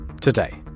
Today